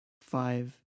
five